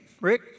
Rick